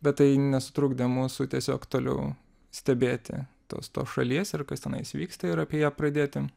bet tai nesutrukdė mūsų tiesiog toliau stebėti tos tos šalies ir kas tenais vyksta ir apie ją pradėti